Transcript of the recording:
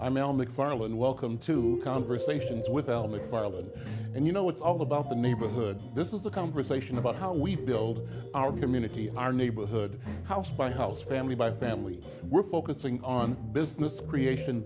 mcfarland welcome to conversation and you know it's all about the neighborhood this is a conversation about how we build our community our neighborhood house by house family by family we're focusing on business creation